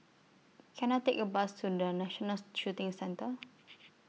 Can I Take A Bus to The National Shooting Centre